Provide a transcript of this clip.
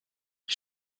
bić